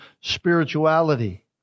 spirituality